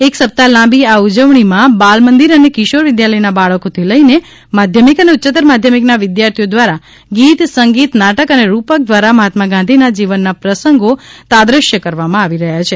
એક સપ્તાહ લાંબી આ ઉજવણીમાં બાલમંદિર અને કિશોર વિદ્યાલયના બાળકોથી લઇને માધ્યમિક અને ઉચ્ચતર માધ્યમિકના વિદ્યાર્થીઓ દ્વારા ગીત સંગીત નાટક અને રૂપક દ્વારા મહાત્મા ગાંધીના જીવનના પ્રસંગો તાદ્રશ્ય કરવામાં આવી રહ્યા છે